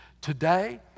Today